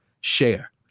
share